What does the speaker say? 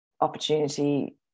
opportunity